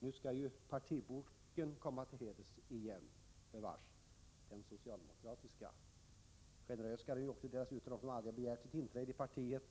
Nu skall ju den socialdemokratiska partiboken komma till heders igen, bevars. Generöst nog skall den också delas ut till sådana som aldrig begärt inträde i partiet.